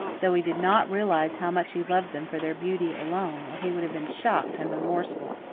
though he did not realize how much he loved them for their beauty alone, or he would have been shocked and remorseful.